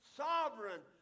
sovereign